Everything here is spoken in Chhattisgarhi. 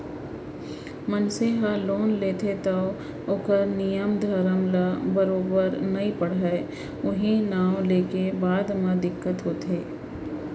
मनसे हर लोन लेथे तौ ओकर नियम धरम ल बरोबर नइ पढ़य उहीं नांव लेके बाद म दिक्कत होथे